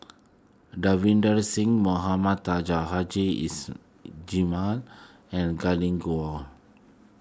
Davinder Singh Mohamed Taji Haji is Jamil and Glen Goei